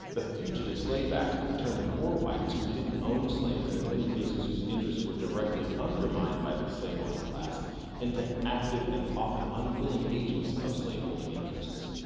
the fugitive slave act turned poor whites who didn't own slaves and in many cases whose interests were undermined by the slave owning class into active and often unwilling agents of slaveholding interests.